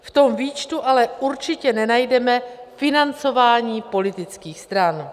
V tom výčtu ale určitě nenajdeme financování politických stran.